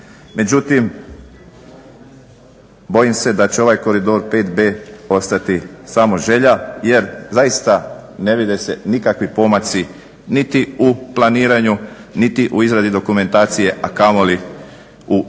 Međutim, bojim se da će ovaj koridor 5b ostati samo želja jer zaista ne vide se nikakvi pomaci niti u planiranju niti u izradi dokumentacije, a kamoli u